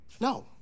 No